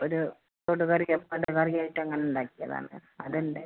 ഒരു തൊടു കറിയ പടു കറിയായിട്ട് അങ്ങനെ ഉണ്ടാക്കിയതാണ് അത് ഉണ്ട്